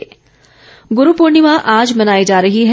गुरू पूर्णिमा गुरू पूर्णिमा आज मनाई जा रही है